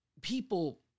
people